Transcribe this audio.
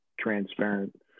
transparent